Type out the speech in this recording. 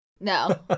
No